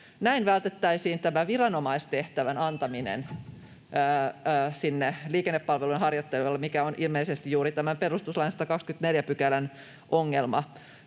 Näin vältettäisiin tämä viranomaistehtävän antaminen sinne liikennepalvelujen harjoittajalle, mikä on ilmeisesti juuri tämän perustuslain 124 §:n ongelma.